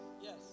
Yes